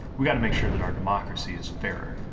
we gotta make sure that our democracy is fair.